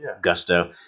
gusto